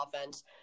offense